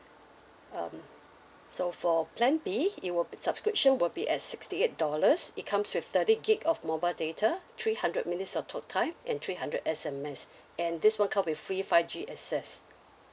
um so for plan B it will subscription will be at sixty eight dollars it comes with thirty gig of mobile data three hundred minutes of talk time and three hundred S_M_S and this one come with free five G access